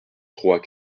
trois